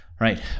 Right